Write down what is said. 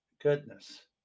Goodness